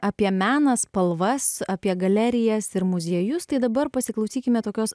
apie meną spalvas apie galerijas ir muziejus tai dabar pasiklausykime tokios